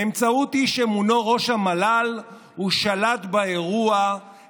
באמצעות איש אמונו ראש המל"ל הוא שלט באירוע,